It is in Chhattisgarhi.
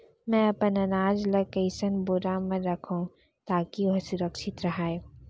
मैं अपन अनाज ला कइसन बोरा म रखव ताकी ओहा सुरक्षित राहय?